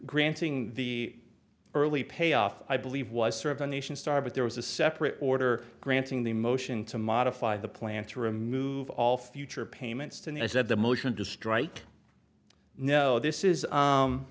granting the early payoff i believe was sort of a nation star but there was a separate order granting the motion to modify the plan to remove all future payments to the i said the motion to strike no this is